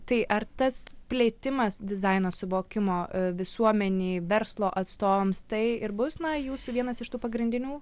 tai ar tas plėtimas dizaino suvokimo visuomenėj verslo atstovams tai ir bus na jūsų vienas iš tų pagrindinių